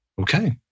Okay